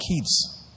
kids